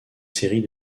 série